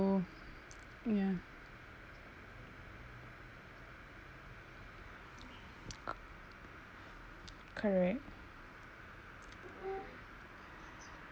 ya correct